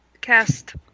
cast